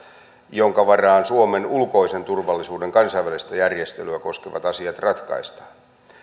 jonka varaan suomen ulkoisen turvallisuuden kansainvälistä järjestelyä koskevat asiat ratkaistaan